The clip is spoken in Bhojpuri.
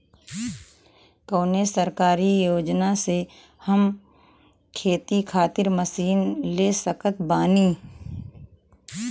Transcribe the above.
कौन सरकारी योजना से हम खेती खातिर मशीन ले सकत बानी?